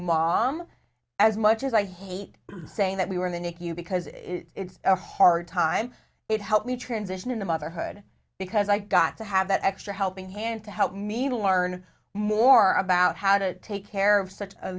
mom as much as i hate saying that we were the nicu because it's a hard time it helped me transition into motherhood because i got to have that extra helping hand to help me to learn more about how to take care of such a